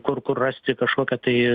kur kur rasti kažkokią tai